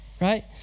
right